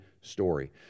story